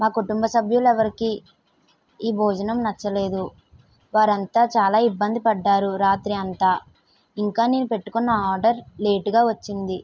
మా కుటుంబ సభ్యులు ఎవరికి ఈ భోజనం నచ్చలేదు వారంతా చాలా ఇబ్బంది పడినారు రాత్రి అంతా ఇంకా నేను పెట్టుకున్న ఆర్డర్ లేటుగా వచ్చింది